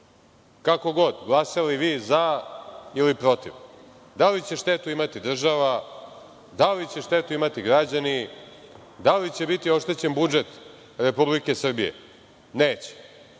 Kako god, glasali vi za ili protiv, da li će štetu imati država, da li će štetu imati građani, da li će biti oštećen budžet Republike Srbije? Neće.